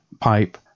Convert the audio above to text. pipe